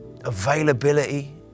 availability